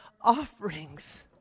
offerings